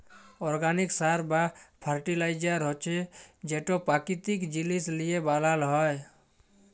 organic সার বা fertiliser হছে যেট পাকিতিক জিলিস লিঁয়ে বালাল হ্যয়